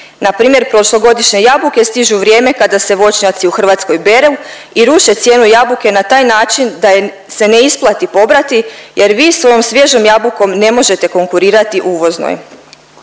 nas npr. prošlogodišnje jabuke stižu u vrijeme kada se voćnjaci u Hrvatskoj beru i ruše cijenu jabuke na taj način da je se ne isplati pobrati jer vi svojom svježom jabukom ne možete konkurirati uvoznoj.